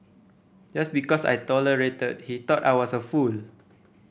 just because I tolerated he thought I was a fool